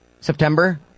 September